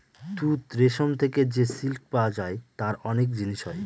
তুত রেশম থেকে যে সিল্ক পাওয়া যায় তার অনেক জিনিস হয়